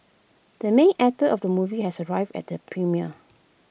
the main actor of the movie has arrived at the premiere